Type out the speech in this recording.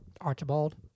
Archibald